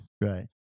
right